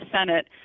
Senate